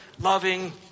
loving